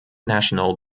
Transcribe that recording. national